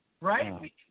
Right